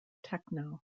techno